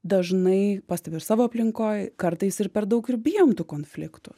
dažnai pastebiu ir savo aplinkoj kartais ir per daug ir bijom tų konfliktų